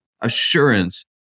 assurance